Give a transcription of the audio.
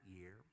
year